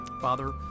father